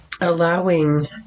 allowing